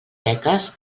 beques